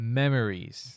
memories